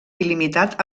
il·limitat